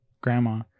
grandma